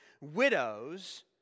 widows